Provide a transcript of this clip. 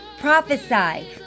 Prophesy